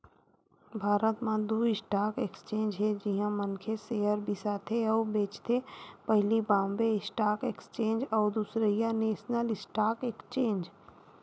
भारत म दू stock exchange हे जिहाँ मनखे सेयर बिसाथे अउ बेंचथे पहिली बॉम्बे स्टॉक एक्सचेंज अउ दूसरइया नेसनल स्टॉक एक्सचेंज